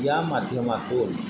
या माध्यमातून